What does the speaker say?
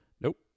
Nope